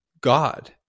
God